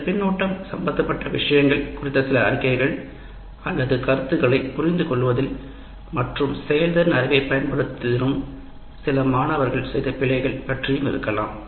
இந்த கருத்து சம்பந்தப்பட்ட விஷயங்களுக்கு குறிப்பிட்ட சில அறிக்கைகள் அல்லது பல மாணவர்கள் கருத்துகளைப் புரிந்துகொள்வதில் அல்லது நடைமுறைகளைப் பயன்படுத்துவதில் உள்ள சிக்கல்கள் பற்றியம் இருக்கலாம்